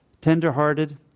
tender-hearted